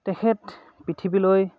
তেখেত পৃথিৱীলৈ